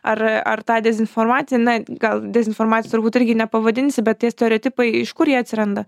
ar ar tą dezinformaciją na gal dezinformacija turbūt irgi nepavadinsi bet tie stereotipai iš kur jie atsiranda